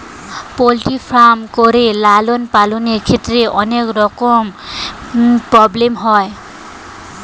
poultry farm করে লালন পালনের ক্ষেত্রে অনেক রকমের প্রব্লেম হয়